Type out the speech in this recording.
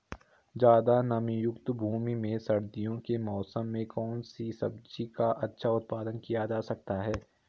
ज़्यादा नमीयुक्त भूमि में सर्दियों के मौसम में कौन सी सब्जी का अच्छा उत्पादन किया जा सकता है?